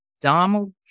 Donald